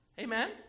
Amen